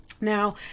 Now